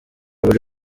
buri